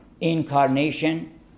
incarnation